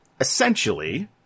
essentially